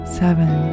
seven